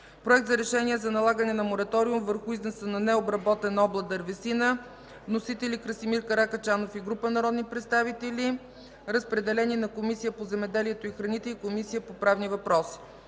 Проект за решение за налагане на мораториум върху износа на необработена (обла) дървесина. Вносител – Красимир Каракачанов и група народни представители. Разпределен е на Комисията по земеделието и храните и Комисията по правни въпроси.